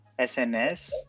SNS